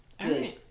Good